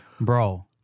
Bro